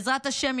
בעזרת השם,